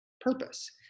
purpose